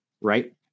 right